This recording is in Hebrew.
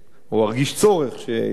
או ארגיש צורך שיש טעם,